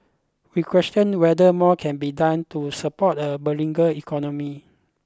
we question whether more can be done to support a beleaguered economy